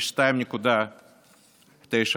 ל-2.9%.